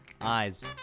eyes